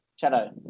Shadow